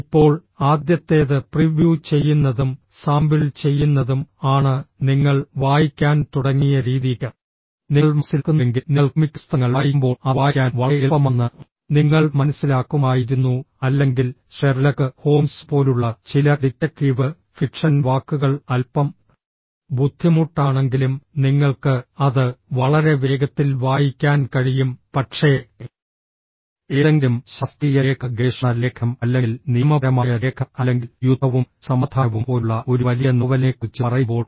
ഇപ്പോൾ ആദ്യത്തേത് പ്രിവ്യൂ ചെയ്യുന്നതും സാമ്പിൾ ചെയ്യുന്നതും ആണ് നിങ്ങൾ വായിക്കാൻ തുടങ്ങിയ രീതി നിങ്ങൾ മനസ്സിലാക്കുന്നുവെങ്കിൽ നിങ്ങൾ കോമിക് പുസ്തകങ്ങൾ വായിക്കുമ്പോൾ അത് വായിക്കാൻ വളരെ എളുപ്പമാണെന്ന് നിങ്ങൾ മനസ്സിലാക്കുമായിരുന്നു അല്ലെങ്കിൽ ഷെർലക് ഹോംസ് പോലുള്ള ചില ഡിറ്റക്ടീവ് ഫിക്ഷൻ വാക്കുകൾ അൽപ്പം ബുദ്ധിമുട്ടാണെങ്കിലും നിങ്ങൾക്ക് അത് വളരെ വേഗത്തിൽ വായിക്കാൻ കഴിയും പക്ഷേ ഏതെങ്കിലും ശാസ്ത്രീയ രേഖ ഗവേഷണ ലേഖനം അല്ലെങ്കിൽ നിയമപരമായ രേഖ അല്ലെങ്കിൽ യുദ്ധവും സമാധാനവും പോലുള്ള ഒരു വലിയ നോവലിനെക്കുറിച്ച് പറയുമ്പോൾ